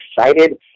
excited